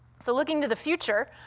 so, looking to the future,